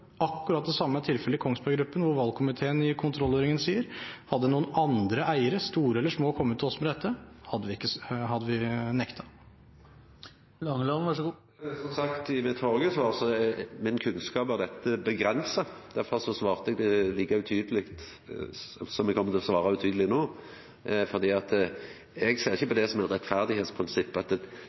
Akkurat det samme er tilfellet i Kongsberg Gruppen, hvor valgkomiteen i kontrollhøringen sier: Hadde noen andre eiere – store eller små – kommet til oss med dette, hadde vi nektet. Som sagt i mitt forrige svar er min kunnskap om dette avgrensa. Derfor svarte eg like utydeleg som eg kjem til å svara utydeleg no, for eg ser ikkje på det som